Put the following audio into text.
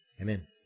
Amen